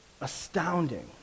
astounding